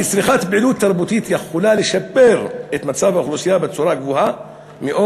כי צריכת פעילות תרבות יכולה לשפר את מצב האוכלוסייה בצורה גבוהה מאוד,